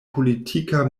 politika